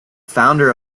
founder